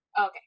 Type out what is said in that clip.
okay